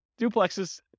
duplexes